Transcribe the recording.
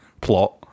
plot